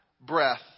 breath